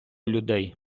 людей